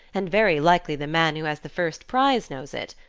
and very likely the man who has the first prize, knows it.